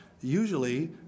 usually